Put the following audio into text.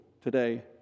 today